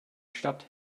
stadt